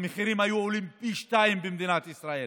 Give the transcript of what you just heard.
המחירים היו עולים פי שניים במדינת ישראל,